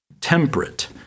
temperate